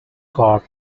corp